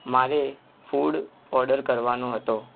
મારે food order કરવાનો હતો